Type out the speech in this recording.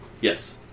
Yes